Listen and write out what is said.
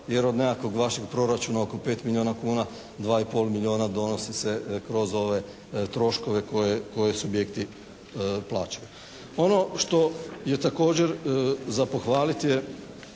jer od nekakvog vašeg proračuna oko 5 milijuna kuna, 2 i pol milijuna donosi se kroz ove troškove koje subjekti plaćaju. Ono što je također za pohvaliti je